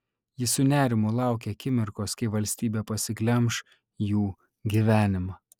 ji su nerimu laukė akimirkos kai valstybė pasiglemš jų gyvenimą